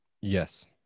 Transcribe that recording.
Yes